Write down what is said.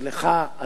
ולך,